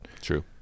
True